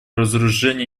разоружению